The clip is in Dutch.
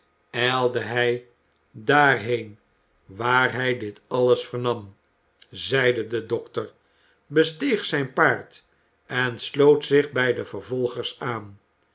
ijlde hij daarheen waar hij dit alles vernam zeide de dokter besteeg zijn paard en sloot zich bij de vervolgers aan